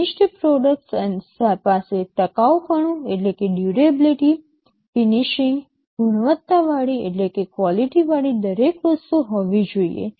finished products પાસે ટકાઉપણું finishing ગુણવત્તાવાળી દરેક વસ્તુ હોવી જોઈએ